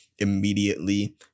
immediately